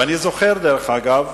ואני זוכר, דרך אגב,